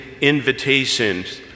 invitations